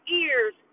ears